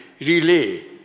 relay